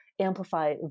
amplify